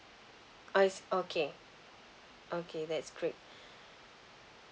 oh yes okay okay that's great